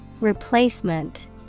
Replacement